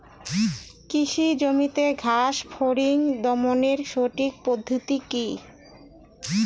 কৃষি জমিতে ঘাস ফরিঙ দমনের সঠিক পদ্ধতি কি?